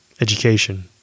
education